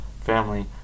family